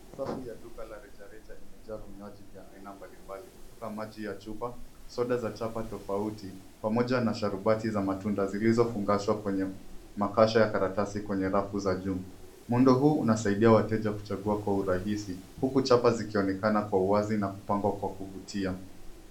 Safu ya duka la rejareja imejaa vinywaji vya aina mbalimbali kutoka maji ya chupa, soda za chapa tofauti pamoja na sharubati za matunda zilizofungashwa kwenye makasha ya karatasi kwenye rafu za juu. Muundo huu unasaidia wateja kuchagua kwa urahisi huku chapa zikionekana kwa uwazi na kupangwa kwa kuvutia.